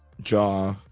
jaw